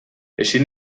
ezin